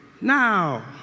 Now